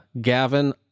gavin